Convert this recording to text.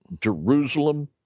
Jerusalem